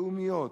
לאומיות,